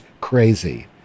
crazy